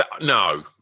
No